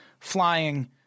flying